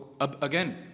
again